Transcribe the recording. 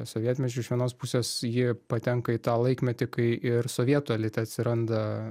sovietmečiu iš vienos pusės ji patenka į tą laikmetį kai ir sovietų elite atsiranda